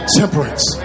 temperance